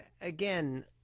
again